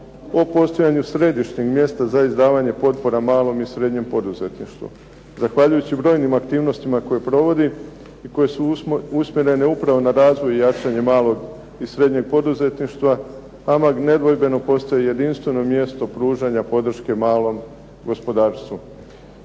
o postojanju središnjeg mjesta za izdavanje potpora malom i srednjem poduzetništvu. Zahvaljujući brojnim aktivnostima koje provodi i koje su usmjerene upravo na razvoj i jačanje malog i srednjeg poduzetništva "HAMAG" nedvojbeno postaje jedinstveno mjesto pružanja podrške malom gospodarstvu.